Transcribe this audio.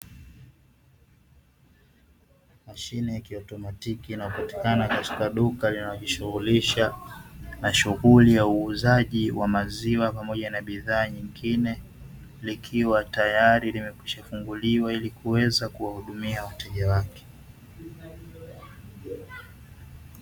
Mashine ya kiautomatiki inayopatikana katika duka linalojishughulisha na shughuli ya uuzaji wa maziwa pamoja na bidhaa nyingine, likiwa tayari limeshafunguliwa kuwahudumia wateja wake.